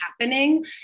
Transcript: happening